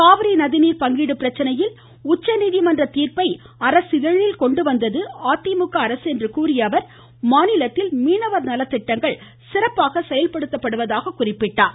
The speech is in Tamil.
காவிரி நதிநீர் பங்கீடு பிரச்சனையில் உச்சநீதிமன்ற தீர்பை அரசிதழில் கொண்டுவந்தது அதிமுக அரசு என்று கூறிய அவர் மாநிலத்தில் மீனவர் நலத்திட்டங்கள் சிறப்பாக செயல்படுத்தப்படுவதாக கூறினார்